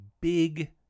big